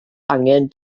angen